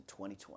2020